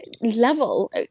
level